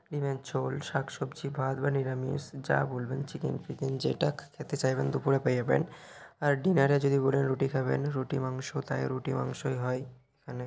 ডিমের ঝোল শাকসবজি ভাত বা নিরামিষ যা বলবেন চিকেন ফিকেন যেটা খ খেতে চাইবেন দুপুরে পেয়ে যাবেন আর ডিনারে যদি বলেন রুটি খাবেন রুটি মাংস দেয় রুটি মাংসই হয় এখানে